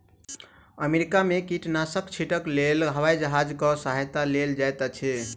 America में कीटनाशक छीटक लेल हवाई जहाजक सहायता लेल जाइत अछि